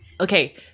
Okay